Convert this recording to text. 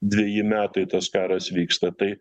dveji metai tas karas vyksta tai